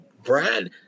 brad